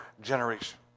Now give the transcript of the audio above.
generation